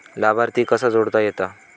लाभार्थी कसा जोडता येता?